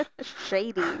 Shady